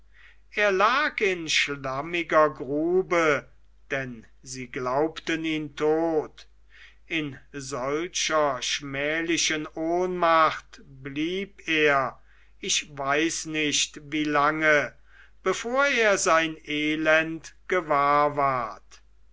er lag in schlammiger grube denn sie glaubten ihn tot in solcher schmählichen ohnmacht blieb er ich weiß nicht wie lange bevor er sein elend gewahr ward